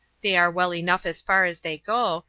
they are well enough as far as they go,